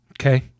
Okay